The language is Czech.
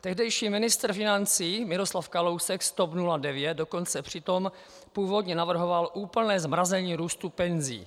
Tehdejší ministr financí Miroslav Kalousek z TOP 09 dokonce přitom původně navrhoval úplné zmrazení růstu penzí.